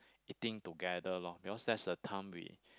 eating together lor because that's a time we